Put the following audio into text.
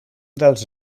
dels